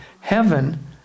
Heaven